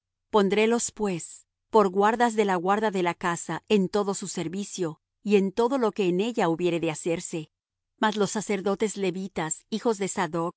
hicieron pondrélos pues por guardas de la guarda de la casa en todo su servicio y en todo lo que en ella hubiere de hacerse mas los sacerdotes levitas hijos de sadoc